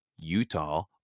Utah